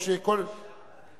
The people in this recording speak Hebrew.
יש כל ------ כן,